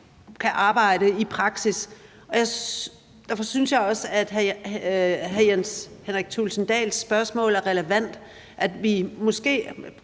kan arbejde i praksis, og derfor synes jeg også, at hr. Jens Henrik Thulesen Dahls spørgsmål er relevant.